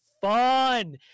fun